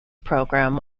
program